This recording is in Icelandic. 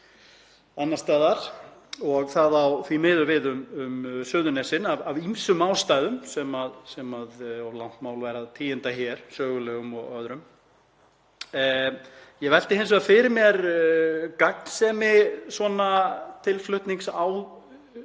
annars staðar. Það á því miður við um Suðurnesin af ýmsum ástæðum sem of langt mál væri að tíunda hér, sögulegum og öðrum. Ég velti hins vegar fyrir mér gagnsemi svona tilflutnings